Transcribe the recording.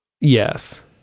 Yes